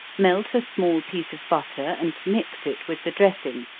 melt a small piece of butter, and mix it with the dressing,